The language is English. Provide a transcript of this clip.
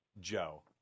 Joe